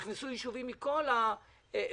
נכנסו יישובים מכל הסוגים.